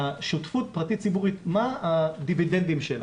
שותפות פרטית ציבורית, מה הדיבידנדים שלה?